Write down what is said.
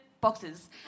boxes